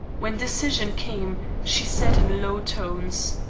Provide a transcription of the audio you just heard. when decision came she said in low tones